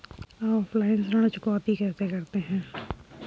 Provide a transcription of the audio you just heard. Offline ऋण चुकौती कैसे करते हैं?